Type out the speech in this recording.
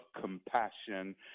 compassion